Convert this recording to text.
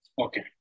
Okay